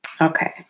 Okay